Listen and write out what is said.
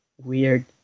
weird